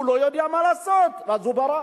הוא לא יודע מה לעשות, אז הוא ברח.